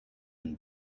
and